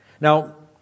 Now